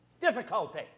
difficulty